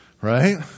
Right